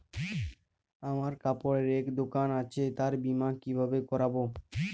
আমার কাপড়ের এক দোকান আছে তার বীমা কিভাবে করবো?